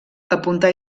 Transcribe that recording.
apuntar